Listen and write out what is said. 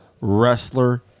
wrestler